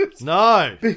No